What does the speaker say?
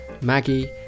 Maggie